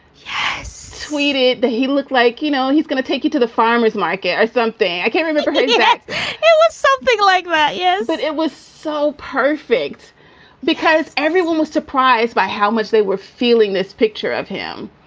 yes. tweeted that he looked like, you know, he's going to take you to the farmer's market or something. i can't remember. in fact, yeah it was something like that. yes. but it was so perfect because everyone was surprised by how much they were feeling this picture of him.